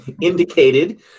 indicated